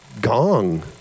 gong